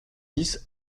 dix